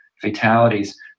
fatalities